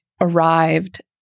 arrived